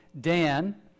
Dan